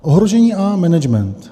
Ohrožení a management.